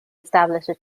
established